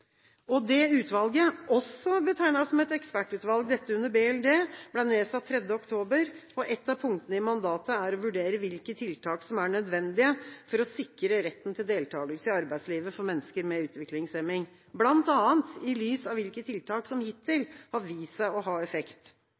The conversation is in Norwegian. Det utvalget, også betegnet som et ekspertutvalg – dette under Barne-, likestillings- og inkluderingsdepartementet – ble nedsatt 3. oktober, og et av punktene i mandatet er å vurdere hvilke tiltak som er nødvendige for å sikre retten til deltakelse i arbeidslivet for mennesker med utviklingshemning, bl.a. i lys av hvilke tiltak som hittil har vist seg å ha effekt.